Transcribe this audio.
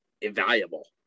invaluable